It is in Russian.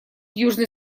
южный